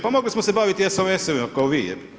Pa mogli smo se baviti SMS-ovima kao vi.